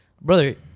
brother